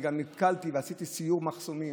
גם נתקלתי ועשיתי סיור מחסומים